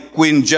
Queen